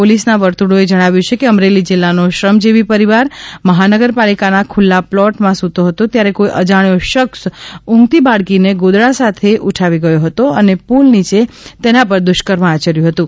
પોલીસનાં વર્તુળોએ જણાવ્યું કે અમરેલી જિલ્લાનો શ્રમજીવી પરિવાર મહાનગરપાલિકાના ખુલ્લા પ્લોટમાં સૂતો હતો ત્યારે કોઇ અજાણ્યો શખ્સ ઊંઘતી બાળકીને ગોદડા સાથે ઉઠાવી ગયો હતો અને પુલ નીચે તેના પર દુષ્કર્મ આયર્યું હતું